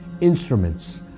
instruments